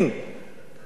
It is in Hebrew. גורש משם.